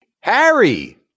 Harry